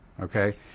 Okay